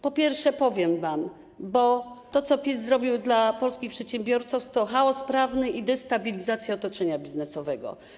Po pierwsze, powiem wam, że PiS zrobił dla polskich przedsiębiorców chaos prawny i destabilizację otoczenia biznesowego.